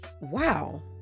wow